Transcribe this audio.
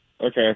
Okay